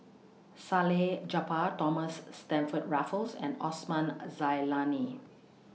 Salleh Japar Thomas Stamford Raffles and Osman A Zailani